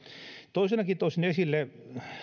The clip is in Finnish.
toisenakin toisin esille